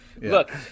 Look